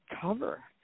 cover